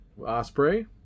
osprey